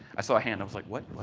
i saw hand i was, like what, what.